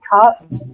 cut